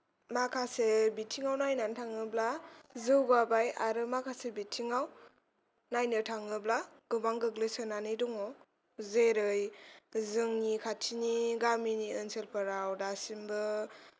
माखासे बिथिङाव नायनानै थाङोब्ला जौगाबाय आरो माखासे बिथिङाव नायनो थाङोब्ला गोबां गोग्लैसोनानै दङ' जेरै जोंनि खाथिनि गामिनि ओनसोलफोराव